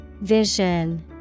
Vision